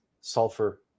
sulfur